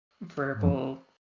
verbal